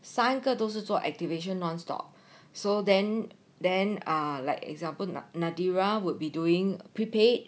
三个都是做 activation non-stop so then then ah like example madeira would be doing prepaid